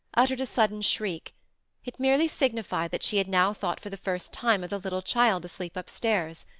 uttered a sudden shriek it merely signified that she had now thought for the first time of the little child asleep upstairs.